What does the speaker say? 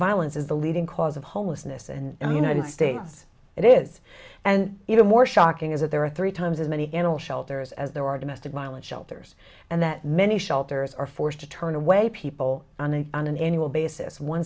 violence is the leading cause of homelessness and in the united states it is and even more shocking is that there are three times as many animal shelters as there are domestic violence shelters and that many shelters are forced to turn away people on a on an annual basis one